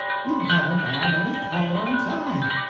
you haven't on any collar and tie.